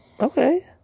Okay